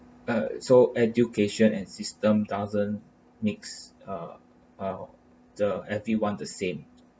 uh so education and system doesn't mix ah ah the everyone the same